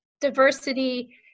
Diversity